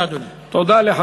תודה, אדוני.